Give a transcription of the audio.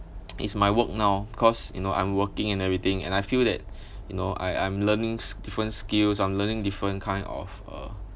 is my work now cos you know I'm working and everything and I feel that you know I I'm learning s~ different skills I'm learning different kind of uh